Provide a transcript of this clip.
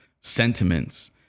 sentiments